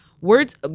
words